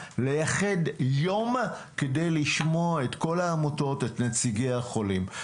שייחדו יום כדי לשמוע את כל העמותות ואת נציגי החולים.